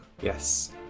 yes